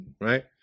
right